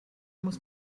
muss